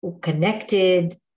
connected